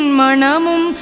manamum